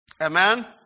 Amen